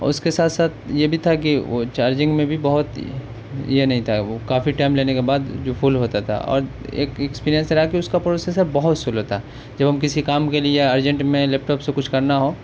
اور اس کے ساتھ ساتھ یہ بھی تھا کہ وہ چارجنگ میں بھی بہت یہ نہیں تھا وہ کافی ٹائم لینے کے بعد جو فل ہوتا تھا اور ایک ایکسپیرئنس یہ رہا کہ اس کا پروسیسر بہت سلو تھا جب ہم کسی کام کے لیے یا ارجنٹ میں لیپٹاپ سے کچھ کرنا ہو